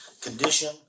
condition